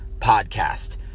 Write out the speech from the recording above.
podcast